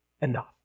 enough